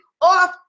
off